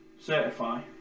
certify